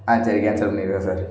ஆ சரி கேன்சல் பண்ணிடுங்க சார்